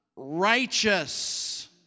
Righteous